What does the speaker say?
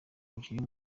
umukinnyi